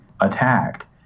attacked